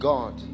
God